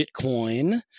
Bitcoin